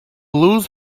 lose